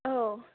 औ